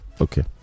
Okay